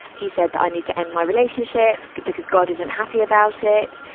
he said that i need to end my relationship because god isn't happy about it.